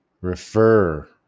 refer